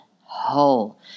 whole